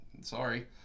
Sorry